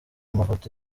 amafoto